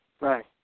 Right